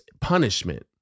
punishment